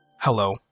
Hello